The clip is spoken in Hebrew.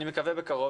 אני מקווה בקרוב,